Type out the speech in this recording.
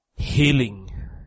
healing